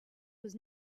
was